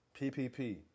PPP